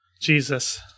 Jesus